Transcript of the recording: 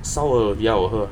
烧的比较好喝